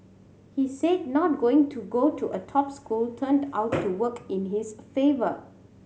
he said not going to go a top school turned out to work in his favour